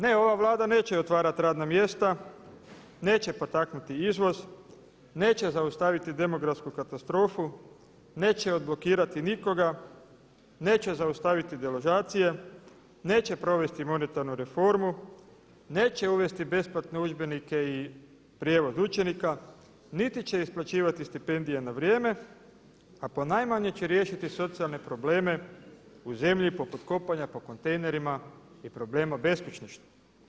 Ne ova Vlada neće otvarati radna mjesta, neće potaknuti izvoz, neće zaustaviti demografsku katastrofu, neće odblokirati nikoga, neće zaustaviti deložacije, neće provesti monetarnu reformu, neće uvesti besplatne udžbenike i prijevoz učenika niti će isplaćivati stipendije na vrijeme a ponajmanje će riješiti socijalne probleme u zemlji poput kopanja po kontejnerima i problema beskućništva.